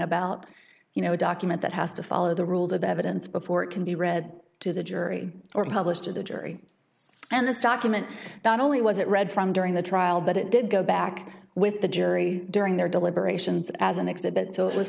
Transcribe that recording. about you know a document that has to follow the rules of evidence before it can be read to the jury or publish to the jury and this document not only was it read from during the trial but it did go back with the jury during their deliberations as an exhibit so it was